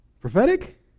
Prophetic